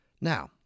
Now